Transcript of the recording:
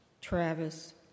Travis